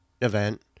event